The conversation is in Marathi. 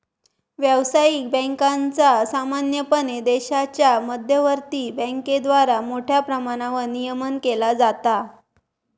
व्यावसायिक बँकांचा सामान्यपणे देशाच्या मध्यवर्ती बँकेद्वारा मोठ्या प्रमाणावर नियमन केला जाता